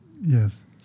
Yes